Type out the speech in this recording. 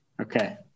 Okay